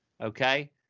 okay